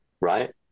right